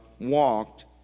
walked